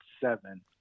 seven